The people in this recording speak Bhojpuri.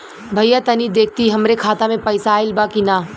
भईया तनि देखती हमरे खाता मे पैसा आईल बा की ना?